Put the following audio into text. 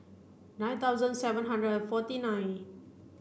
nine thousand seven hundred and forty nine